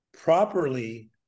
properly